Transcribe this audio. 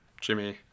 jimmy